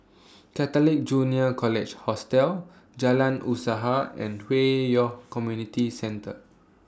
Catholic Junior College Hostel Jalan Usaha and Hwi Yoh Community Centre